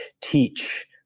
teach